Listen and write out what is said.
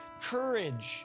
courage